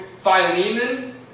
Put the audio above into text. Philemon